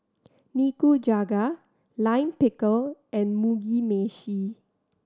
Nikujaga Lime Pickle and Mugi Meshi